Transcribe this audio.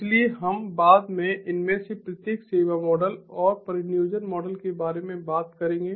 इसलिए हम बाद में इनमें से प्रत्येक सेवा मॉडल और परिनियोजन मॉडल के बारे में बात करेंगे